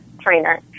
trainer